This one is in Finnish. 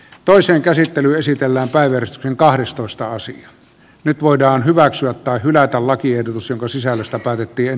toisen käsittely esitellään päivitys jonka ahdistusta asia nyt voidaan hyväksyä tai hylätä lakiehdotus jonka sisällöstä päätettiin